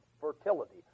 fertility